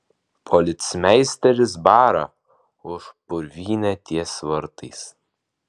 policmeisteris bara už purvynę ties vartais